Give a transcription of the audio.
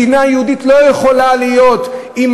מדינה יהודית לא יכולה להיות אם